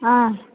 ആ